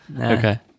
Okay